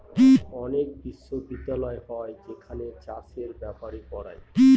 অনেক বিশ্ববিদ্যালয় হয় যেখানে চাষের ব্যাপারে পড়ায়